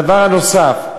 הדבר הנוסף,